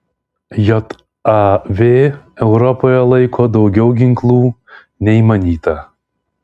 jav europoje laiko daugiau ginklų nei manyta